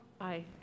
Aye